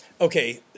Okay